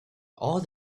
all